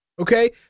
Okay